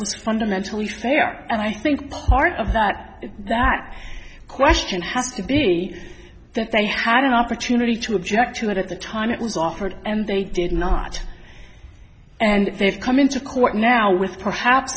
fundamentally fair and i think part of that that question has to be that they had an opportunity to object to it at the time it was offered and they did not and they've come into court now with perhaps